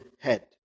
head